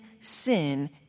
sin